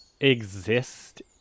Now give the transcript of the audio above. exist